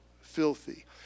Filthy